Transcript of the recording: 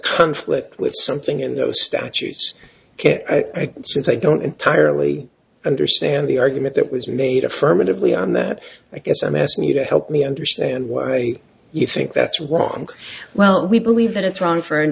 conflict with something in those statues since i don't entirely understand the argument that was made affirmatively on that i guess i'm asking you to help me understand why you think that's wong well we believe that it's wrong for